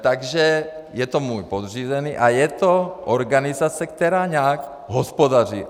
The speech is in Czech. Takže je to můj podřízený a je to organizace, která nějak hospodaří.